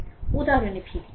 আসুন উদাহরণে ফিরি